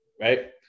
right